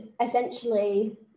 essentially